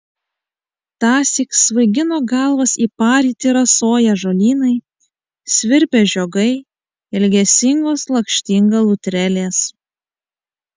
tąsyk svaigino galvas į parytį rasoją žolynai svirpią žiogai ilgesingos lakštingalų trelės